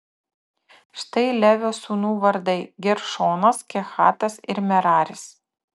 štai levio sūnų vardai geršonas kehatas ir meraris